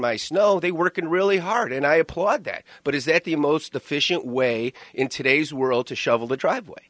my snow they work in really hard and i applaud that but is that the most efficient way in today's world to shovel the driveway